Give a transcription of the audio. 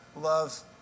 love